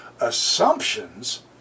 assumptions